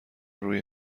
روی